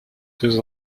deux